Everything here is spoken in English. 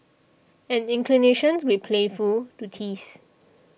an inclination read playful to tease